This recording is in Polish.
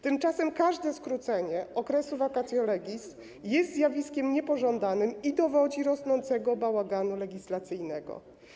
Tymczasem każde skrócenie okresu vacatio legis jest zjawiskiem niepożądanym i dowodzi rosnącego bałaganu legislacyjnego.